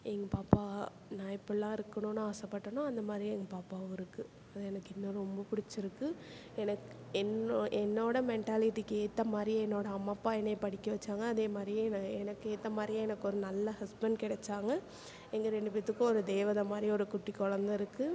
எங்க பாப்பா நான் எப்படிலாம் இருக்கணும்ன்னு ஆசைப்பட்டனோ அந்த மாதிரியே எங்கள் பாப்பாவும் இருக்குது அது எனக்கு இன்னும் ரொம்ப பிடிச்சிருக்கு எனக்கு என்னோட என்னோடய மெண்டாலிட்டிக்கு ஏற்ற மாதிரியே என்னோடய அம்மா அப்பா என்னை படிக்க வைச்சாங்க அதே மாதிரியே என எனக்கு ஏற்ற மாதிரியே எனக்கு ஒரு நல்ல ஹஸ்பண்ட் கெடைச்சாங்க எங்கள் ரெண்டு பேர்த்துக்கும் ஒரு தேவதை மாதிரி ஒரு குட்டி கொழந்தை இருக்குது